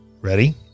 Ready